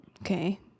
Okay